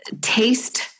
taste